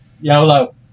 YOLO